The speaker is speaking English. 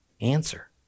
Answer